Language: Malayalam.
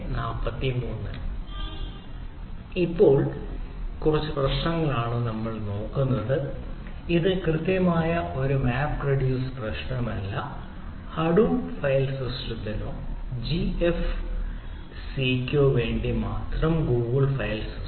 നമ്മൾ ഇപ്പോൾ കുറച്ച് പ്രശ്നങ്ങൾ നോക്കുന്നു ഇത് കൃത്യമായി മാപ്പ് റിഡ്യൂസ് പ്രശ്നമല്ല ഹഡൂപ്പ് ഫയൽ സിസ്റ്റത്തിനോ ജിഎഫ്എസിനോ വേണ്ടി മാത്രം ഗൂഗിൾ ഫയൽ സിസ്റ്റം